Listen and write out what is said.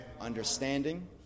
Understanding